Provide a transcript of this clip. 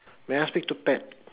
may I speak to pat